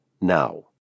now